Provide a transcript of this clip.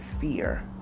fear